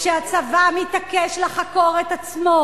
כשהצבא מתעקש לחקור את עצמו,